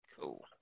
Cool